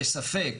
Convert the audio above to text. בספק,